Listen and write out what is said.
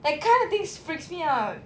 that kind of things freaks me out